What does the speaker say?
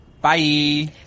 Bye